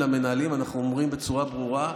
אני המלצתי למנהלים, אנחנו אומרים בצורה ברורה,